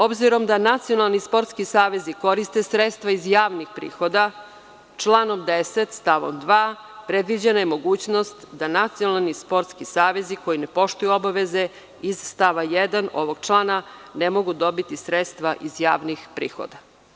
Obzirom da Nacionalni sportski savezi koriste sredstva iz javnih prihoda, članom 10. stavom 2. predviđena je mogućnost da nacionalni sportski savezi koji ne poštuju obaveze iz stava 1. ovog člana ne mogu dobiti sredstva iz javnih prihoda.